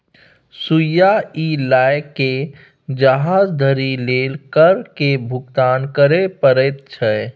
सुइया सँ लए कए जहाज धरि लेल कर केर भुगतान करय परैत छै